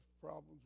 problems